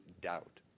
doubt